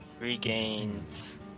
regains